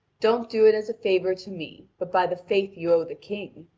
don't do it as a favour to me! but by the faith you owe the king,